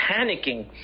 panicking